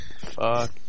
fuck